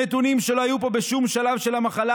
נתונים שלא היו פה בשום שלב של המחלה,